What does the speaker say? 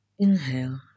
Inhale